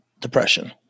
depression